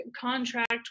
contract